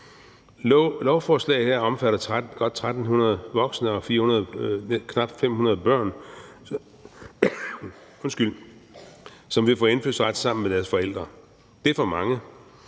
Lovforslaget her omfatter godt 1.300 voksne og knap 500 børn, som vil få indfødsret sammen med deres forældre. Det er for mange.